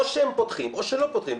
או שהם פותחים, או שלא פותחים.